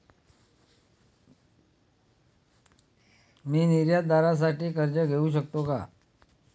मी निर्यातदारासाठी कर्ज घेऊ शकतो का?